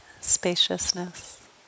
spaciousness